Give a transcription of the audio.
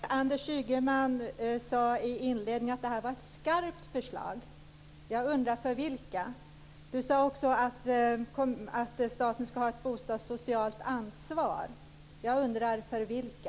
Fru talman! Anders Ygeman sade i inledningen att det här var ett skarpt förslag. Jag undrar: För vilka? Han sade också att staten skall ha ett bostadssocialt ansvar. Jag undrar: För vilka?